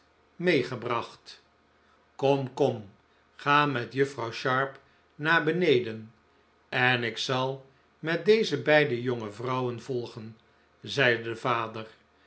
meegebracht kom kom ga met juffrouw sharp naar beneden en ik zal met deze beide jonge vrouwen volgen zeide de vader